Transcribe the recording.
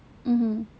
mmhmm